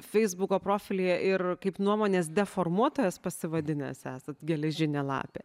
feisbuko profilyje ir kaip nuomonės deformuotojas pasivadinęs esat geležinė lapė